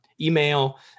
email